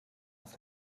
auf